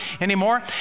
anymore